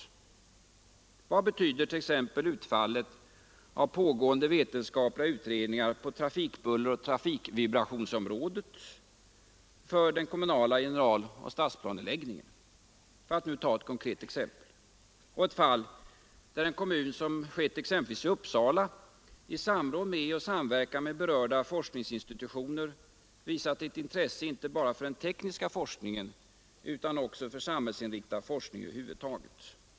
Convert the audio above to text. Vad betyder t.ex. utfallet av pågående vetenskapliga utredningar på trafikbulleroch trafikvibrationsområdet för den kommunala generaloch stadsplaneläggningen? För att ta ett konkret exempel: I Uppsala kommun har man i samråd och samverkan med berörda forskningsinstitutioner visat intresse inte bara för den tekniska forskningen utan också för samhällsinriktad forskning över huvud taget.